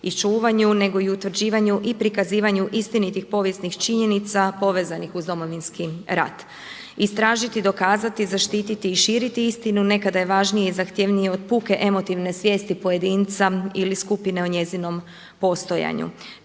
i čuvanju nego i utvrđivanju i prikazivanju istinitih povijesnih činjenica povezanih uz domovinski rat. Istražiti, dokazati, zaštiti i širiti istinu nekada je važnije i zahtjevnije od puke emotivne svijesti pojedinca ili skupine o njezinom postojanju.